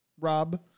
Rob